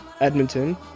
Edmonton